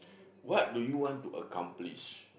what do you want to accomplish